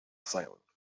silent